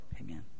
Amen